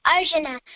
Arjuna